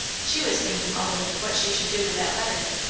she was thinking all the way what she should do with that letter.